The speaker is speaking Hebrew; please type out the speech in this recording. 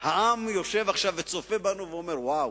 תחושה שהעם יושב עכשיו וצופה בנו ואומר: וואו,